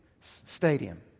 Stadium